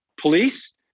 Police